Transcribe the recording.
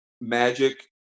magic